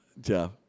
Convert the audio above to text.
Jeff